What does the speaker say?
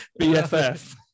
BFF